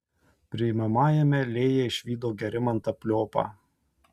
priimamajame lėja išvydo gerimantą pliopą